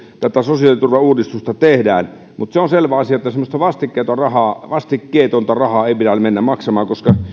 sosiaaliturvauudistusta tehdään mutta se on selvä asia että semmoista vastikkeetonta rahaa vastikkeetonta rahaa ei pidä mennä maksamaan koska